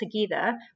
together